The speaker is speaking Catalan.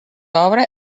obra